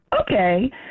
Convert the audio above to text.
Okay